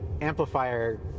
amplifier